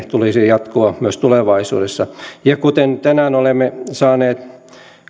tulisi jatkua myös tulevaisuudessa ja kuten tänään olemme saaneet